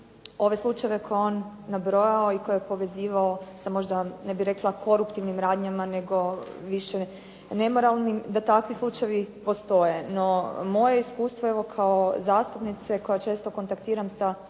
ove slučajeve koje je on nabrojao i koje je povezivao sa možda ne bih rekla koruptivnim radnjama nego više nemoralnim, da takvi slučajevi postoje. No, moje iskustvo evo kao zastupnice koja često kontaktiram sa